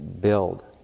build